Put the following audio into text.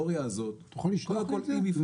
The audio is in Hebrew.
תוכל לשלוח לי את זה?